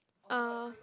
uh